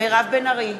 מירב בן ארי,